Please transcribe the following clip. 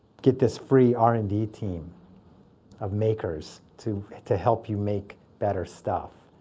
get this free r and d team of makers to to help you make better stuff.